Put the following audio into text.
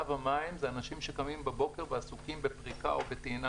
כלומר אנשים שקמים בבוקר ועסוקים בפריקה או בטעינה